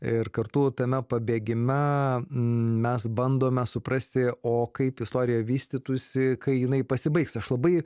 ir kartu tame pabėgime mes bandome suprasti o kaip istorija vystytųsi kai jinai pasibaigs aš labai